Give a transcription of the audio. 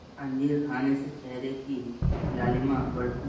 अंजीर खाने से चेहरे की लालिमा बढ़ती है